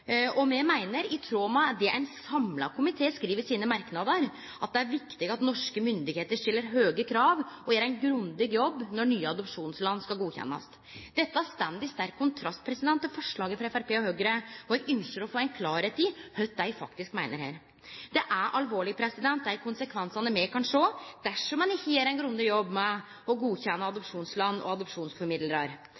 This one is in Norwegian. land me skal adoptere frå, og me meiner, i tråd med kva ein samla komité skriv i sine merknader, at det er viktig at norske myndigheiter stiller høge krav og gjer ein grundig jobb når nye adopsjonsland skal godkjennast. Dette står i sterk kontrast til forslaget frå Framstegspartiet og Høgre, og eg ynskjer å få klarleik i kva dei faktisk meiner her. Dei konsekvensane me kan sjå dersom ein ikkje gjer ein grundig jobb med å godkjenne